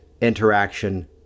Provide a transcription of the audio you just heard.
interaction